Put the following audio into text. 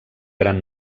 gran